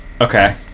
Okay